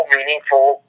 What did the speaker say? Meaningful